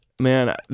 man